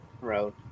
road